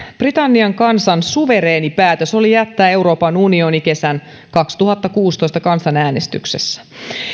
britannian kansan suvereeni päätös oli jättää euroopan unioni kesän kaksituhattakuusitoista kansanäänestyksessä